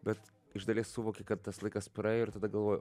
bet iš dalies suvoki kad tas laikas praėjo ir tada galvoju